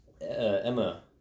Emma